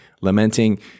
lamenting